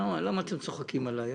למה אתם צוחקים עליי?